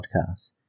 podcasts